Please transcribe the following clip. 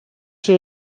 się